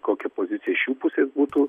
kokia pozicija iš jų pusės būtų